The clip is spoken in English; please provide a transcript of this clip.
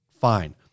fine